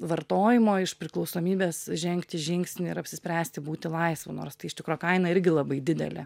vartojimo iš priklausomybės žengti žingsnį ir apsispręsti būti laisvu nors tai iš tikro kaina irgi labai didelė